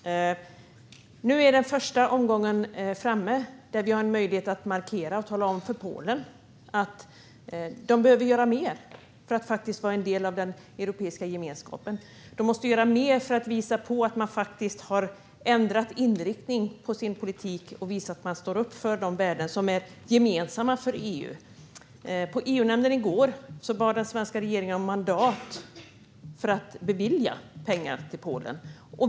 Nu är vi framme vid den första omgång där vi har möjlighet att markera och tala om för Polen att de behöver göra mer för att vara en del av den europeiska gemenskapen. De måste göra mer för att visa att de faktiskt har ändrat inriktning på sin politik och att de står upp för de värden som är gemensamma för EU. I EU-nämnden i går bad den svenska regeringen om mandat för att bevilja pengar till Polen.